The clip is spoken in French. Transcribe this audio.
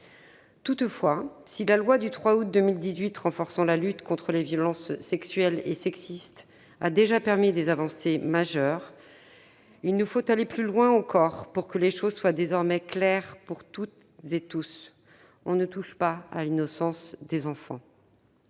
Toutefois, si la loi du 3 août 2018 renforçant la lutte contre les violences sexuelles et sexistes a déjà permis des avancées majeures, il nous faut aller plus loin encore pour que les choses soient désormais claires pour toutes et tous : on ne touche pas à l'innocence des enfants